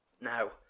Now